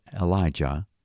Elijah